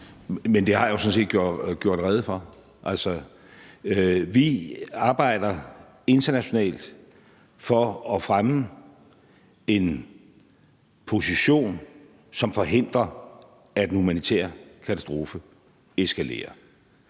Det har jeg jo sådan set gjort rede for. Altså, vi arbejder internationalt for at fremme en position, som forhindrer, at en humanitær katastrofe eskalerer.